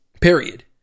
Period